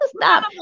Stop